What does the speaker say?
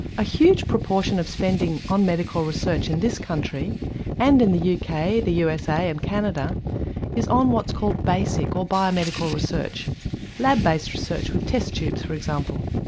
a huge proportion of spending on medical research in this country and in the uk, the usa and canada is on what's called basic or biomedical research lab based research with test tubes for example.